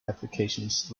applications